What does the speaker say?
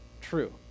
True